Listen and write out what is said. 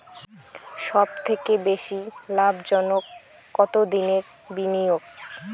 সবথেকে বেশি লাভজনক কতদিনের বিনিয়োগ?